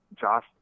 Josh